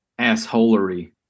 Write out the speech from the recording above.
assholery